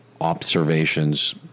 observations